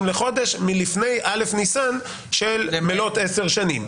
לחודש מלפני א' ניסן של מלאת עשר שנים.